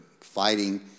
fighting